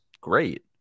great